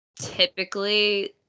typically